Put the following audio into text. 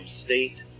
state